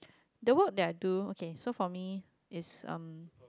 the work that I do okay so for me is um